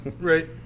right